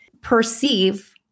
perceive